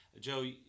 Joe